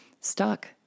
stuck